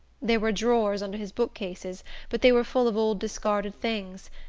there were drawers under his book-cases but they were full of old discarded things,